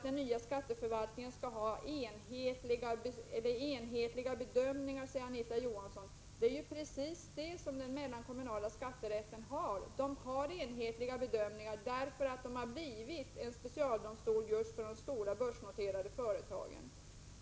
Den nya skatteförvaltningen skall göra enhetliga bedömningar, säger Anita Johansson. Det är ju precis det som den mellankommunala skatterätten gör. Den gör enhetliga bedömningar därför att den blivit en specialdomstol just för de stora börsnoterade företagen.